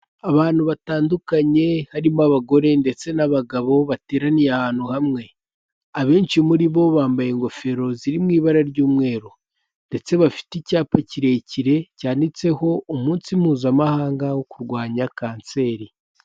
Abantu batandukanye harimo abagore ndetse n'abagabo bateraniye ahantu hamwe, abenshi muri bo bambaye ingofero ziri mu ibara ry'umweru ndetse bafite icyapa kirekire cyanditseho umunsi mpuzamahanga wo kurwanya kanseri.